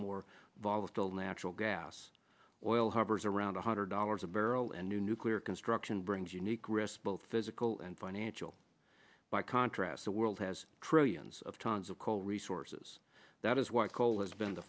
more volatile natural gas oil hovers around one hundred dollars a barrel and new nuclear construction brings unique grist both physical financial by contrast the world has trillions of tons of coal resources that is why coal has been the